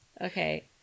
Okay